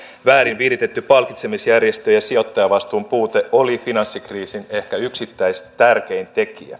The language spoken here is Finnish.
väärin viritetty palkitsemisjärjestelmä ja sijoittajavastuun puute oli finanssikriisin yksittäisistä tekijöistä ehkä tärkein